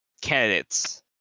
candidates